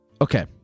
Okay